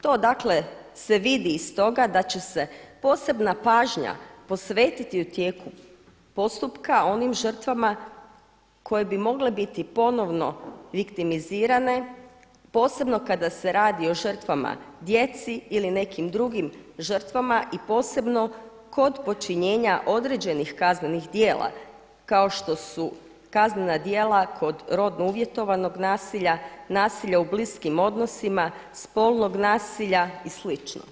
To dakle se vidi iz toga da će se posebna pažnja posvetiti u tijeku postupka onim žrtvama koje bi mogle biti ponovno viktimizirane posebno kada se radi o žrtvama djeci ili nekim drugim žrtvama i posebno kod počinjenja određenih kaznenih djela kao što su kaznena djela kod rodno uvjetovanog nasilja, nasilja u bliskim odnosima, spolnog nasilja i slično.